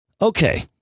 okay